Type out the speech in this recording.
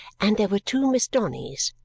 and there were two miss donnys,